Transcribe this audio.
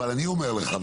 אבל אני אומר לך,